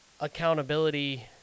accountability